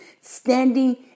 standing